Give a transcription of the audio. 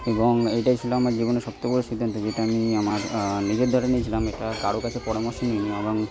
এবং এইটাই ছিলো আমার জীবনে সবথেকে বড়ো সিদ্ধান্ত যেটা আমি আমার নিজের দ্বারা নিয়েছিলাম এটা কারো কাছে পরামর্শ নিই নি আর আমি